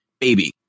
baby